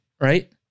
right